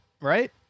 right